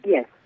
Yes